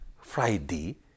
Friday